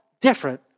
different